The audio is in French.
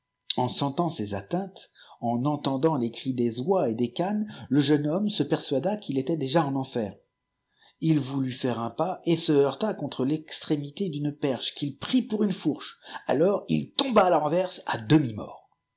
ejq sentant ces atteintes en entendant les cris des oies et des canes le jeune homme se persuada qu'a était déjà en enfer il voulut faire un pas et se heurta contre l'extrémité d'une perche qu'il prit pour une fourche alors il tomba à la renverse